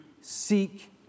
seek